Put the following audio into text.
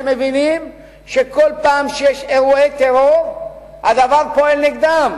שהם מבינים שכל פעם שיש אירועי טרור הדבר פועל נגדם.